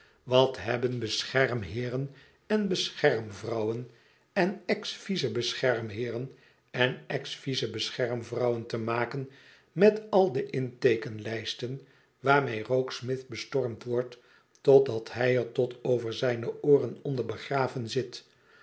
wat hebben beschermheeren en beschermvrouwen en ex vice beschermheeren en ex vice bescherm vrouwen te maken met al de inteekenlijsten waarmee rokesmith bestormd wordt totdat hij er tot over zijne ooren onder begraven zit